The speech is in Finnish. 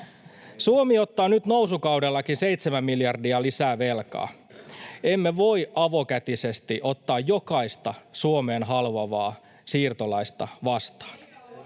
Suomi ottaa nyt nousukaudellakin 7 miljardia lisää velkaa. Emme voi avokätisesti ottaa jokaista Suomeen haluavaa siirtolaista vastaan.